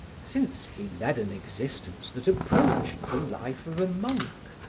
since he led an existence that approached the life of a monk.